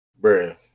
bruh